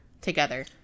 together